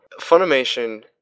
Funimation